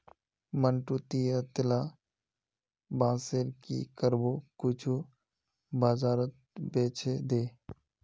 मंटू, ती अतेला बांसेर की करबो कुछू बाजारत बेछे दे